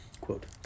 Quote